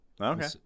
Okay